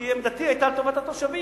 כי עמדתי היתה לטובת התושבים.